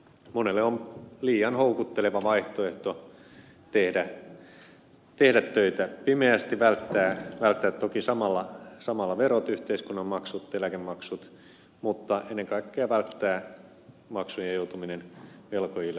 monelle on liian houkutteleva vaihtoehto tehdä töitä pimeästi välttää toki samalla verot yhteiskunnan maksut eläkemaksut mutta ennen kaikkea välttää maksujen joutuminen velkojille ulosoton kautta